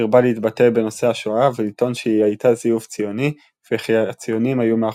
הרבה להתבטא בנושא השואה ולטעון שהיא הייתה "זיוף